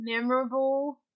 memorable